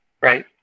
right